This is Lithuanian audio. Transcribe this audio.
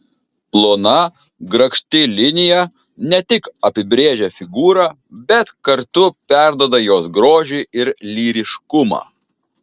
plona grakšti linija ne tik apibrėžia figūrą bet kartu perduoda jos grožį ir lyriškumą